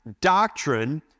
doctrine